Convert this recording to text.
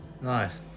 Nice